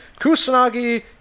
Kusanagi